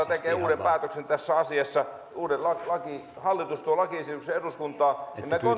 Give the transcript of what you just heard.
tekee uuden päätöksen tässä asiassa hallitus tuo lakiesityksen eduskuntaan että me